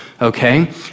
Okay